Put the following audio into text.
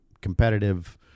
competitive